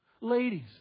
Ladies